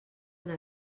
una